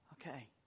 okay